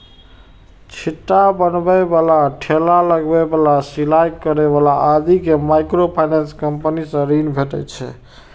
छिट्टा बनबै बला, ठेला लगबै बला, सिलाइ करै बला आदि कें माइक्रोफाइनेंस कंपनी सं ऋण भेटै छै